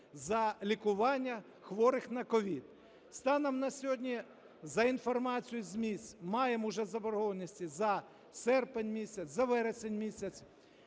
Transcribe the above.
за лікування хворих на COVID. Станом на сьогодні, за інформацією з місць, маємо вже заборгованості за серпень місяць, за вересень місяць.